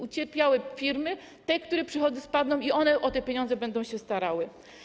Ucierpiały te firmy, których przychody spadły, i one o te pieniądze będą się starały.